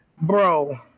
bro